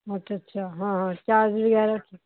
ਅੱਛਾ ਅੱਛਾ ਹਾਂ ਹਾਂ ਚਾਰਜ ਵਗੈਰਾ